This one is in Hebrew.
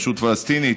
הרשות הפלסטינית,